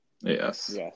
Yes